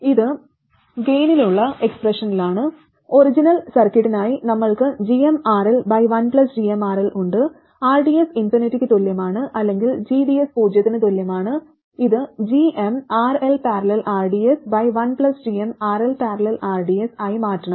ഇത് ഗൈനിനുള്ള എക്സ്പ്രഷനിലാണ് ഒറിജിനൽ സർക്യൂട്ടിനായി നമ്മൾക്ക്gmRL1gmRLഉണ്ട് rds ഇൻഫിനിറ്റിക്ക് തുല്യമാണ് അല്ലെങ്കിൽ gds പൂജ്യത്തിന് തുല്യമാണ് ഇത് gmRL||rds1gmRL||rds ആയി മാറ്റണം